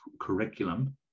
curriculum